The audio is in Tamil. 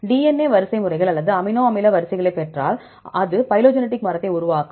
DNA வரிசைமுறைகள் அல்லது அமினோ அமில வரிசைகளைப் பெற்றால் அது பைலோஜெனடிக் மரத்தை உருவாக்கும்